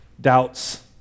doubts